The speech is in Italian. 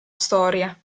storia